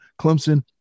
Clemson